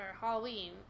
Halloween